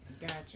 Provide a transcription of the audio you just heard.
Gotcha